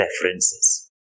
preferences